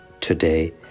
Today